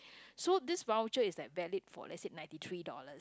so this voucher is like valid for let's say ninety three dollars